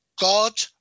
God